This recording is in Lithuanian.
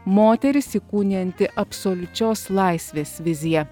moteris įkūnijanti absoliučios laisvės viziją